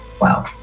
wow